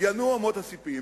"ינועו אמות הספים".